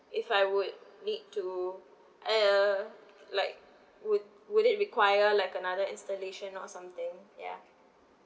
if I would need to uh like would would it require like another installation or something ya